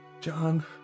John